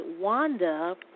Wanda